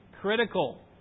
critical